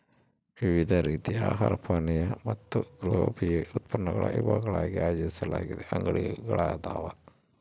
ವಿವಿಧ ರೀತಿಯ ಆಹಾರ ಪಾನೀಯ ಮತ್ತು ಗೃಹೋಪಯೋಗಿ ಉತ್ಪನ್ನಗಳ ವಿಭಾಗಗಳಾಗಿ ಆಯೋಜಿಸಲಾದ ಅಂಗಡಿಯಾಗ್ಯದ